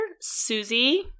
susie